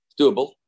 Doable